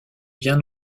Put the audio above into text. bien